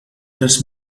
res